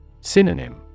Synonym